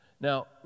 Now